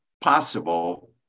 possible